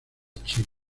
chino